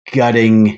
gutting